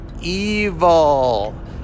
evil